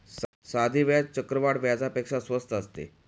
साधे व्याज चक्रवाढ व्याजापेक्षा स्वस्त असते